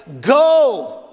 Go